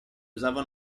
usava